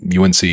UNC